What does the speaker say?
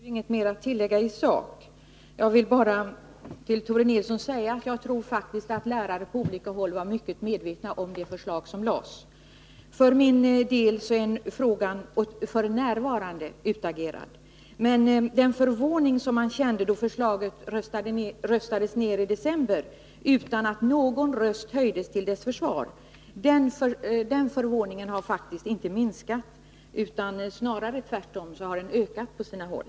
Herr talman! Egentligen har jag inget mer att tillägga i sak. Jag vill bara säga till Tore Nilsson att jag faktiskt tror att lärare på olika håll var mycket medvetna om konsekvenserna av det förslag som lades fram. För min del är den här frågan f.n. utagerad. Men jag vill säga att den förvåning som man kände när förslaget röstades ner i december, utan att någon röst höjdes till dess försvar, faktiskt inte har minskat, utan tvärtom ökat på sina håll.